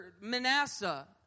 Manasseh